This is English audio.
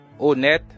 Honnête